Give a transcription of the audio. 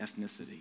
ethnicity